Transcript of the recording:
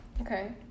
okay